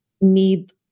need